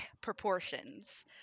proportions